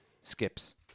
Skips